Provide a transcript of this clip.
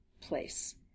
place